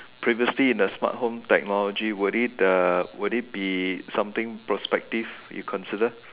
previously in a smart home technology would it uh would it be something prospective you consider